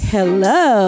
Hello